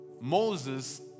Moses